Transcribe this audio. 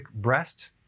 breast